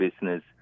business